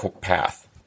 path